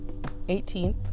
18th